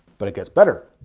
but it gets better